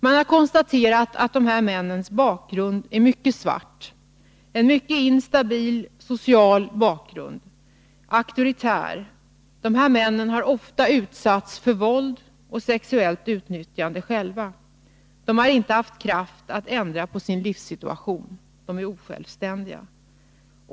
Man har konstaterat att de här männens bakgrund är mycket svart — en mycket instabil och auktoritär bakgrund. Dessa män har ofta utsatts för våld och sexuellt utnyttjande själva. De har inte haft kraft att ändra på sin livssituation — de är osjälvständiga.